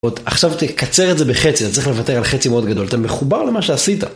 עוד עכשיו תקצר את זה בחצי, אתה צריך לוותר על חצי מאוד גדול, אתה מחובר למה שעשית.